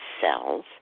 cells